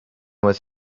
was